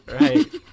Right